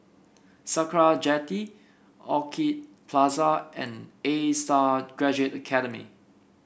Sakra Jetty Orchid Plaza and A Star Graduate Academy